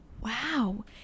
Wow